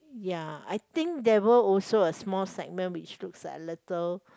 ya I think there were also a small segment which looks like a little